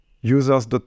users